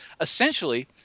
essentially